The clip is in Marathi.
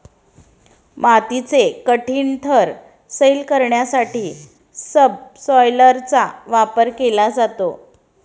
मातीचे कठीण थर सैल करण्यासाठी सबसॉयलरचा वापर केला जातो